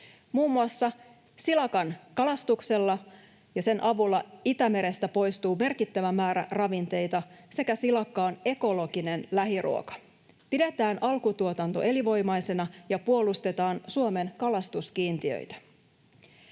Muun muassa silakan kalastuksen avulla Itämerestä poistuu merkittävä määrä ravinteita. Silakka on ekologinen lähiruoka. Pidetään alkutuotanto elinvoimaisena ja puolustetaan Suomen kalastuskiintiöitä.